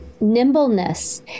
nimbleness